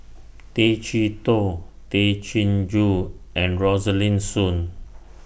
Tay Chee Toh Tay Chin Joo and Rosaline Soon